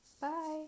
bye